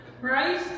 Right